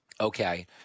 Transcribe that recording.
Okay